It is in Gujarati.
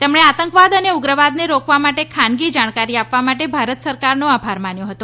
તેમણે આતંકવાદ અને ઉગ્રવાદને રોકવા માટે ખાનગી જાણકારી આપવા માટે ભારત સરકારનો આભાર માન્યો હતો